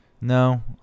No